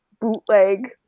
bootleg